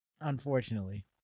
unfortunately